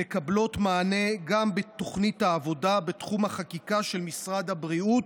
המקבלות מענה גם בתוכנית העבודה בתחום החקיקה של משרד הבריאות,